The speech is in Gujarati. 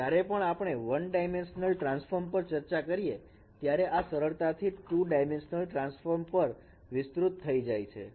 તો જ્યારે પણ આપણે વન ડાયમેન્શનલ ટ્રાન્સફોર્મ પર ચર્ચા કરીએ ત્યારે આ સરળતાથી ટુ ડાયમેન્શનલ ટ્રાન્સફોર્મ પર વિસ્તૃત થઈ જાય છે